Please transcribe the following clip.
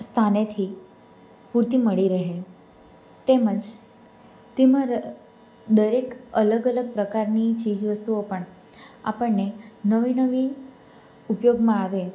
સ્થાનેથી પૂરતી મળી રહે તેમજ તેમાં દરેક અલગ અલગ પ્રકારની ચીજ વસ્તુઓ પણ આપણને નવી નવી ઉપયોગમાં આવે